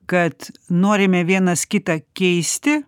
kad norime vienas kitą keisti